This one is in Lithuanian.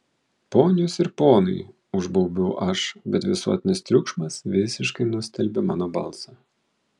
ponios ir ponai užbaubiau aš bet visuotinis triukšmas visiškai nustelbė mano balsą